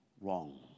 wrong